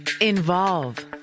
Involve